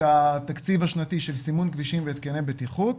התקציב השנתי של סימון כבישים והתקני בטיחות,